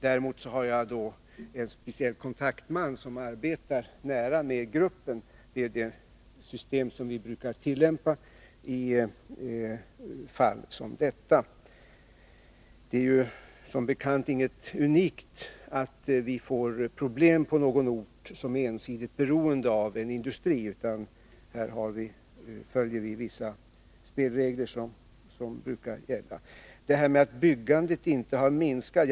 Däremot har jag en speciell kontaktman som nära samarbetar med gruppen. Det är det system som vi brukar tillämpa i fall som detta. Som bekant är det inte unikt att vi får problem på någon ort som är ensidigt beroende av en industri, utan här följer vi vissa spelregler som brukar gälla. Så detta med att byggandet inte har minskat.